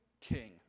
king